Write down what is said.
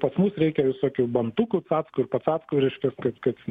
pas mus reikia visokių bantukų cackų ir pacackų reiškias kad kad